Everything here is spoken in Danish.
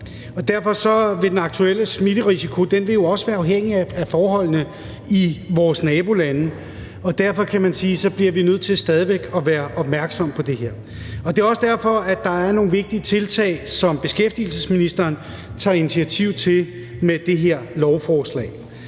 Den aktuelle smitterisiko vil jo også være afhængig af forholdene i vores nabolande, og derfor, kan man sige, bliver vi nødt til stadig væk at være opmærksomme på det her. Det er også derfor, at det er nogle vigtige tiltag, som beskæftigelsesministeren tager initiativ til med det her lovforslag.